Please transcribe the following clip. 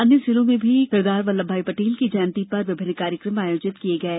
अन्य जिलों में भी सरदार वल्लभभाई पटेल की जयंती पर विभिन्न कार्यक्रम आयोजित किये जा रहे हैं